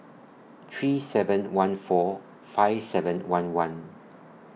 three seven one four five seven one one